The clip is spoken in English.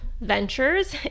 ventures